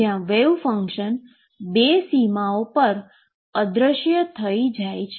જ્યાં wave function બે સીમાઓ પર અદૃશ્ય થઈ જાય છે